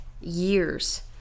years